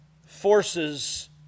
forces